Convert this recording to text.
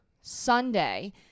Sunday